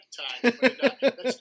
time